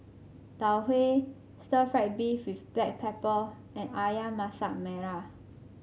Tau Huay Stir Fried Beef with Black Pepper and ayam Masak Merah